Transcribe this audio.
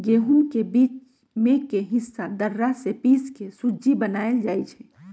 गहुम के बीच में के हिस्सा दर्रा से पिसके सुज्ज़ी बनाएल जाइ छइ